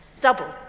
Double